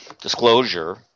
disclosure